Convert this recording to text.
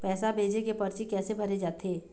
पैसा भेजे के परची कैसे भरे जाथे?